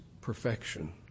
perfection